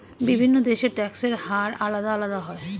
বিভিন্ন দেশের ট্যাক্সের হার আলাদা আলাদা হয়